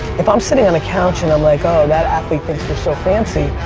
if i'm sitting on a couch and i'm like oh that athlete thinks they're so fancy.